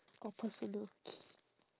or personal okay